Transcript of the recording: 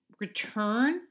return